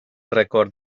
récord